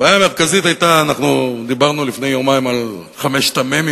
הבעיה המרכזית היתה: אנחנו דיברנו לפני יומיים על חמשת המ"מים,